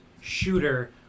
shooter